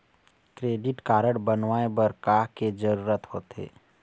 Credit card बनवाए बर का के जरूरत होते?